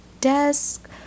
desk